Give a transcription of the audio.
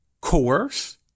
coerce